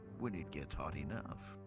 when it gets hot enough,